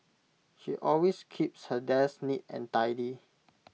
she always keeps her desk neat and tidy